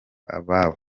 ababo